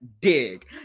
dig